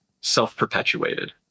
self-perpetuated